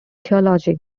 theology